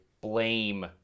blame